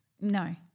No